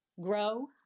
Grow